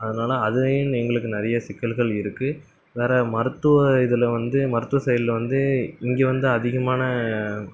அதனால அதலயும் எங்களுக்கு நிறைய சிக்கல்கள் இருக்குது வேறு மருத்துவ இதில் வந்து மருத்துவ சைடில் வந்து இங்கே வந்து அதிகமான